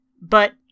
But